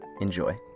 Enjoy